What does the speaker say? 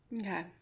Okay